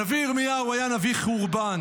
הנביא ירמיהו היה נביא חורבן.